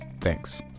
Thanks